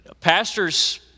pastor's